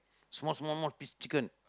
small small one piece chicken